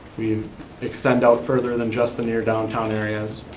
we've extend out further than just the near downtown areas.